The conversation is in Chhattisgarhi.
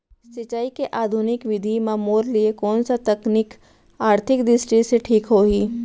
सिंचाई के आधुनिक विधि म मोर लिए कोन स तकनीक आर्थिक दृष्टि से ठीक होही?